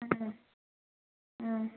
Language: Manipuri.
ꯎꯝ ꯎꯝ